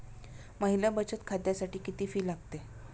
महिला बचत खात्यासाठी किती फी लागते?